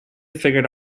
figured